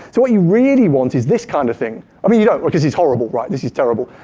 what you really want is this kind of thing. i mean, you don't, because it's horrible, right? this is terrible.